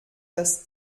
das